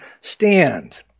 stand